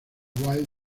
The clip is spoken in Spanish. will